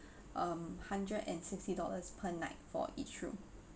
um hundred and sixty dollars per night for each room